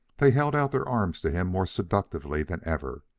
they held out their arms to him more seductively than ever.